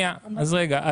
רגע.